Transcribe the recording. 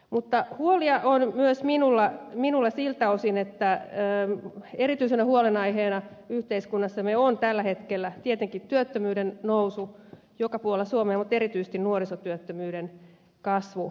mutta huolia on myös minulla siltä osin että erityisenä huolenaiheena yhteiskunnassamme on tällä hetkellä tietenkin työttömyyden nousu joka puolella suomea mutta erityisesti nuorisotyöttömyyden kasvu